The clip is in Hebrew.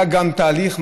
היה תהליך,